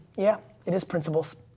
yeah, it has principles.